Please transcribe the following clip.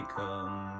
come